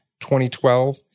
2012